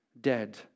Dead